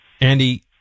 Andy